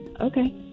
okay